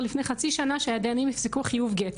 לפני חצי שנה שהדיינים יפסקו חיוב גט,